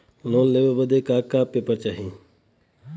Loan लेवे बदे का का पेपर चाही?